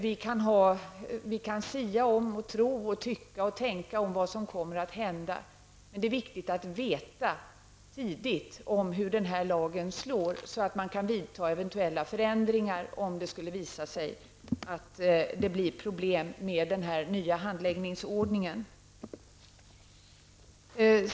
Vi kan sia om och tro och tycka och tänka om vad som kommer att hända, men det är viktigt att veta, tidigt, hur lagen slår, så att man kan vidta eventuella förändringar, om det skulle visa sig att det blir problem med den nya handläggningsordningen.